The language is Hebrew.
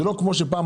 זה לא כמו שהיה פעם,